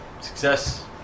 Success